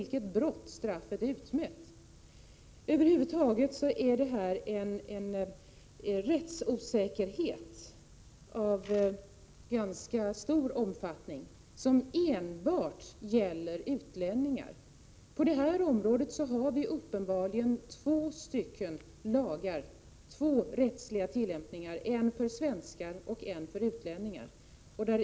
1987/88:125 vilket brott straffet är utmätt. 24 maj 1988 Det finns här över huvud taget en rättsosäkerhet av ganska stor omfattning, som enbart gäller utlänningar. På detta område har vi uppenbarligen två rättsliga tillämpningar av lagen — en för svenskar och en för utlänningar.